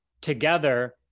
together